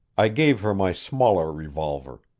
i gave her my smaller revolver.